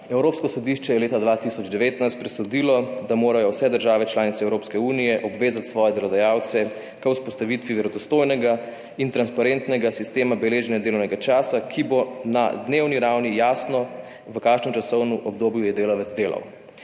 Evropsko sodišče je leta 2019 presodilo, da morajo vse **50. TRAK: (VP) 12.35** (nadaljevanje) države članice Evropske unije obvezati svoje delodajalce k vzpostavitvi verodostojnega in transparentnega sistema beleženja delovnega časa, ki bo na dnevni ravni jasno, v kakšnem časovnem obdobju je delavec delal.